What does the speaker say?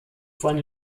von